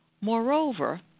Moreover